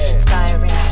Inspiring